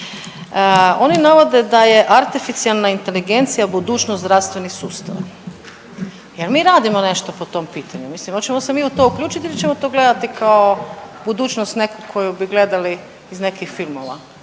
oni navode da je artificijelna inteligencija budućnost zdravstvenih sustava. Jel mi radimo nešto po tom pitanju, mislim oćemo se mi u to uključit ili ćemo to gledati kao budućnost neku koju bi gledali iz nekih filmova?